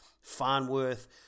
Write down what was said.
Farnworth